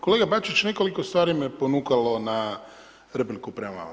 Kolega Bačić, nekoliko stvari me ponukalo na repliku prema vama.